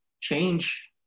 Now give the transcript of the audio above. change